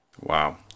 Wow